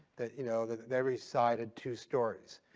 that you know that every side had two stories.